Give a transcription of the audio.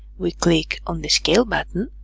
we click on the scale button